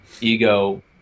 Ego